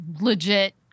legit